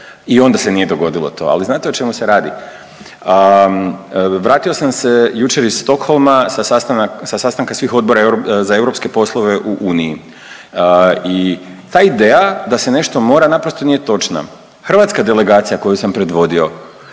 i onda se nije dogodilo to, ali znate o čemu se radi? Vratio sam se jučer iz Stockholma sa sastanka svih Odbora za europske poslove u Uniji i ta ideja da se nešto mora naprosto nije točna. Hrvatska delegacija koju sam predvodio